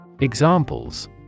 Examples